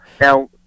Now